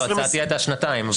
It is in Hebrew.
הצעתי הייתה שנתיים,